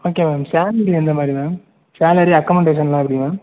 okay ma'am salary எந்தமாதிரி ma'am salary அக்கமன்டேஷன்லாம் எப்படி மேம்